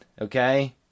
okay